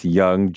young